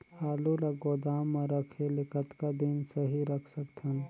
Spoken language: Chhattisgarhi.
आलू ल गोदाम म रखे ले कतका दिन सही रख सकथन?